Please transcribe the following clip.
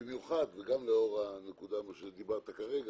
וגם לאור הנקודה שדיברת כרגע,